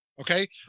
Okay